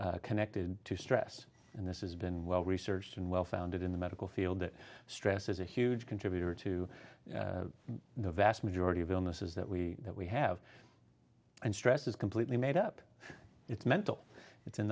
connected to stress and this is been well researched and well founded in the medical field that stress is a huge contributor to the vast majority of illnesses that we that we have and stress is completely made up it's mental it's in